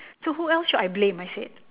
so who else should I blame I said